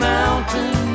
Mountain